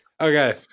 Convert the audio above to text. Okay